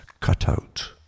cutout